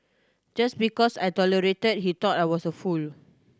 just because I tolerated he thought I was a fool